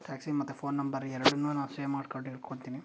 taxi ಮತ್ತು phone number ಎರಡನ್ನು ನಾವು ಸೇವ್ ಮಾಡ್ಕೊಂಡು ಇಟ್ಕೊಂತಿನಿ